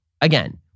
again